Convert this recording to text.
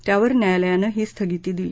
त्यावर न्यायालयानं ही स्थगिती दिली